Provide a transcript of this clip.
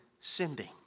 sending